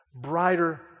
brighter